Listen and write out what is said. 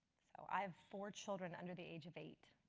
so i have four children under the age of eight.